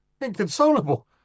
Inconsolable